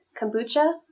kombucha